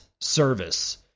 service